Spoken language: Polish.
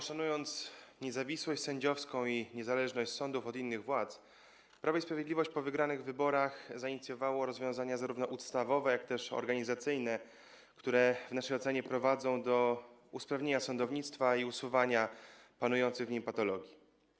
Szanując niezawisłość sędziowską i niezależność sądów od innych władz, Prawo i Sprawiedliwość po wygranych wyborach zainicjowało rozwiązania zarówno ustawowe, jak i organizacyjne, które w naszej ocenie prowadzą do usprawnienia sądownictwa i usuwania panujących w nim patologii.